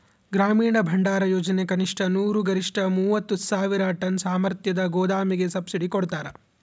ಗ್ರಾಮೀಣ ಭಂಡಾರಯೋಜನೆ ಕನಿಷ್ಠ ನೂರು ಗರಿಷ್ಠ ಮೂವತ್ತು ಸಾವಿರ ಟನ್ ಸಾಮರ್ಥ್ಯದ ಗೋದಾಮಿಗೆ ಸಬ್ಸಿಡಿ ಕೊಡ್ತಾರ